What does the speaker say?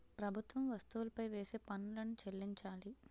ప్రభుత్వం వస్తువులపై వేసే పన్నులను చెల్లించాలి